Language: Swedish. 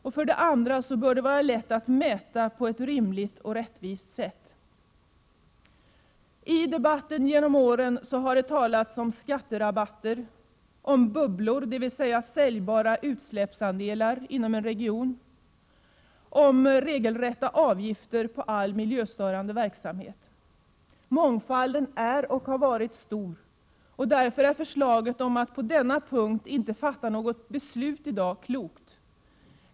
2) Det bör vara lätt att mäta det hela på ett rimligt och rättvist sätt. I debatten har det genom åren talats om skatterabatter, om bubblor — dvs. säljbara utsläppsandelar inom en region — samt om regelrätta avgifter på all miljöstörande verksamhet. Mångfalden är och har varit stor, och därför är förslaget om att på denna punkt inte fatta beslut i dag klokt.